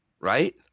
right